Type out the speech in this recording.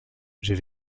j’ai